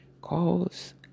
cause